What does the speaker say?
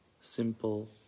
simple